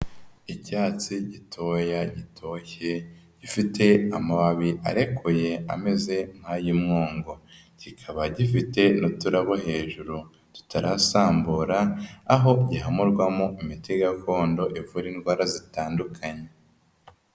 Icyatsi gitoya gitoshye gifite amababi arekuye ameze nk'ay'umwungu, kikaba gifite uturabo hejuru tutarasambura, aho gihamurwamo imiti gakondo ivura indwara zitandukanye.